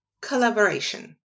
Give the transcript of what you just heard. collaboration